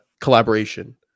collaboration